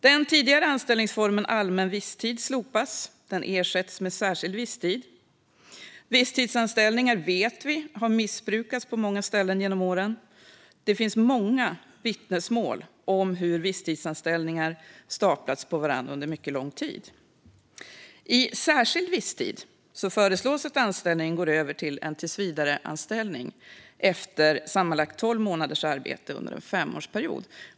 Den tidigare anställningsformen allmän visstid slopas. Den ersätts med särskild visstid. Visstidsanställningar vet vi har missbrukats på många ställen genom åren. Det finns många vittnesmål om hur visstidsanställningar staplats på varandra under mycket lång tid. I särskild visstid föreslås att anställningen går över till en tillsvidareanställning efter sammanlagt tolv månaders arbete under en femårsperiod.